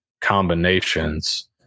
combinations